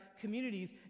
communities